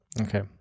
Okay